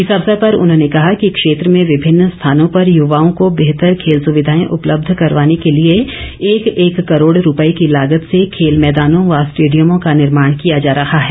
इस अवसर पर उन्होंने कहा कि क्षेत्र में विभिन्न स्थानों पर युवाओं को बेहतर खेल सुविधाएं उपलब्ध करवाने के लिए एक एक करोड़ रूपये की लागत से खेल मैदानों व ॅस्टेडियमों का निर्माण किया जा रहा है